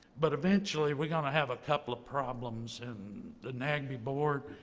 but eventually, we're going to have a couple of problems in the nagb board.